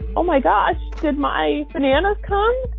oh, my gosh did my bananas come?